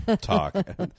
Talk